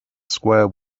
square